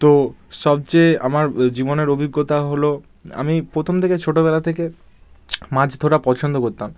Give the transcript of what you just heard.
তো সবচেয়ে আমার জীবনের অভিজ্ঞতা হলো আমি প্রথম থেকে ছোটোবেলা থেকে মাছ ধরা পছন্দ করতাম